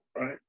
right